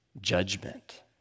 judgment